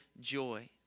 joy